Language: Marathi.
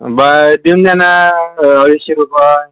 बरं देऊन द्या ना अडीचशे रुपये